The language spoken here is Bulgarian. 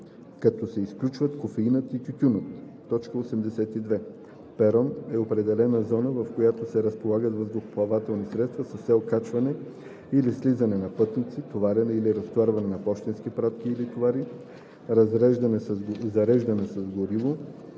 като се изключват кофеинът и тютюнът. 82. „Перон“ е определена зона, в която се разполагат въздухоплавателни средства с цел качване или слизане на пътници, товарене или разтоварване на пощенски пратки или товари, зареждане с гориво,